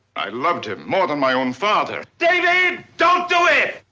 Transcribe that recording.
i loved him more than my own father! david! don't do it!